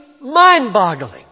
mind-boggling